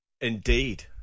Indeed